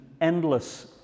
endless